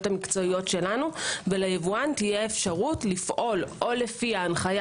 המקצועיות שלנו וליבואן תהיה אפשרות לפעול או לפי ההנחיה